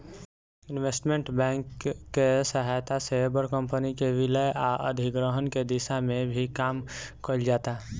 investment bank के सहायता से बड़ कंपनी के विलय आ अधिग्रहण के दिशा में भी काम कईल जाता